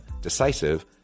decisive